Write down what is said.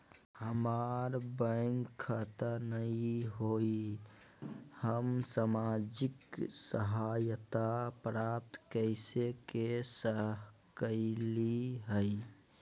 हमार बैंक खाता नई हई, हम सामाजिक सहायता प्राप्त कैसे के सकली हई?